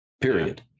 period